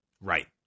Right